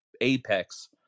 apex